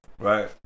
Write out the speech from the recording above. Right